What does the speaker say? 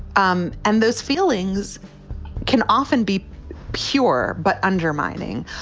um and those feelings can often be pure. but undermining.